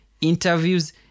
interviews